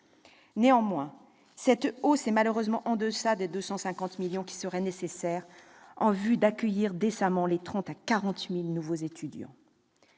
Néanmoins, cette hausse est malheureusement en deçà des 250 millions d'euros qui seraient nécessaires en vue d'accueillir décemment de 30 000 à 40 000 nouveaux étudiants.